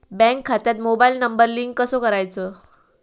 Bank खात्यात mobile number link कसो करायचो?